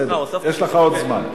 בסדר, יש לך עוד זמן.